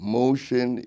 motion